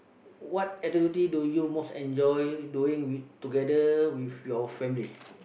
what activity do you most enjoy doing with together with your family